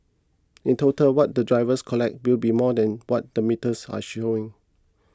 in total what the drivers collect will be more than what the metres are showing